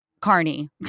Carney